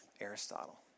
Aristotle